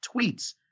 tweets